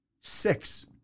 six